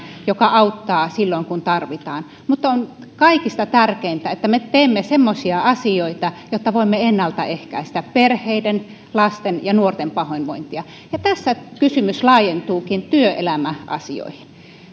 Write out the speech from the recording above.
joka auttaa silloin kun tarvitaan mutta on kaikista tärkeintä että me teemme semmoisia asioita joilla voimme ennaltaehkäistä perheiden lasten ja nuorten pahoinvointia ja tässä kysymys laajentuukin työelämäasioihin ministeri